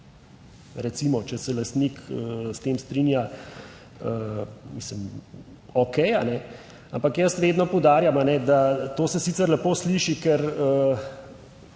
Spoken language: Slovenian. recimo, če se lastnik s tem strinja. Mislim, okej. Ampak jaz vedno poudarjam, da to se sicer lepo sliši, ker